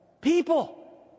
People